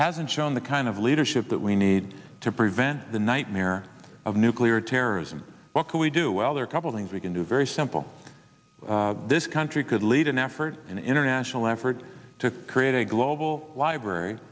hasn't shown the kind of leadership that we need to prevent the nightmare of nuclear terrorism what can we do well there are couple things we can do very simple this country could lead an effort an international effort to create a global library